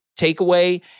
takeaway